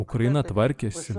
ukraina tvarkėsi